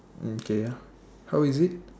okay how is it